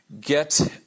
get